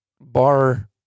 bar